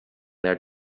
their